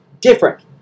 different